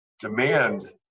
Demand